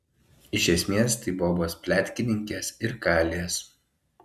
iš esmės tai bobos pletkininkės ir kalės